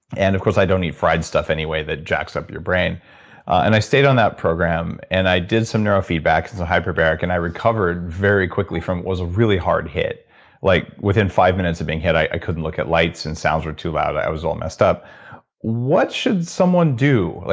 and of course, i don't eat fried stuff anyway that jacks up your brain and i stayed on that program, and i did some neurofeedbacks and some hyperbaric and i recovered very quickly from it was a really hard hit like within five minute of being hit, i i couldn't look at lights and sounds were too loud. i i was all messed up what should someone do?